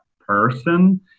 person